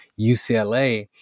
UCLA